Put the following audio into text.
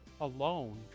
alone